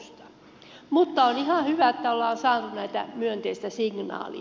mutta on ihan hyvä että ollaan saatu myönteistä signaalia